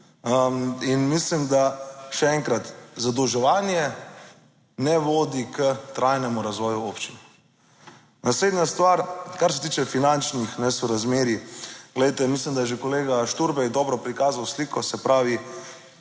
In mislim, da, še enkrat, zadolževanje ne vodi k trajnemu razvoju občin. Naslednja stvar, kar se tiče finančnih nesorazmerij. Glejte, mislim, da je že kolega Šturbej dobro prikazal sliko, se pravi,